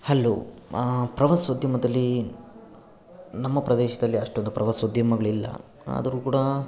hello ಪ್ರವಾಸೋದ್ಯಮದಲ್ಲಿ ನಮ್ಮ ಪ್ರದೇಶದಲ್ಲಿ ಅಷ್ಟೊಂದು ಪ್ರವಾಸೋದ್ಯಮಗಳಿಲ್ಲ ಆದರೂ ಕೂಡ